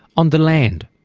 on the land,